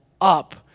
up